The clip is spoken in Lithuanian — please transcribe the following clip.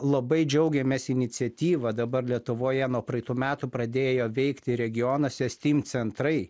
labai džiaugiamės iniciatyva dabar lietuvoje nuo praeitų metų pradėjo veikti regionuose stym centrai